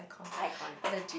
iKon ah